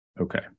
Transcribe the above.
Okay